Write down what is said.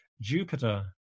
Jupiter